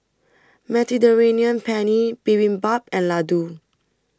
Mediterranean Penne Bibimbap and Ladoo